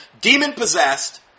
demon-possessed